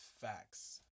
Facts